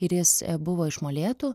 ir jis buvo iš molėtų